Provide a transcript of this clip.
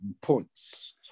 points